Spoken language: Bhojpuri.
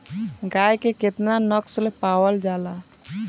गाय के केतना नस्ल पावल जाला?